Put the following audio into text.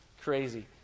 Crazy